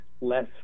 less